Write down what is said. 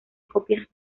copias